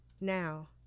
Now